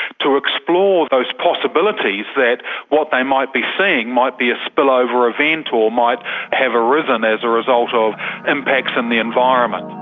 to explore those possibilities that what they might be seeing might be a spillover event or might have arisen as a result of impacts in the environment.